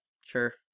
sure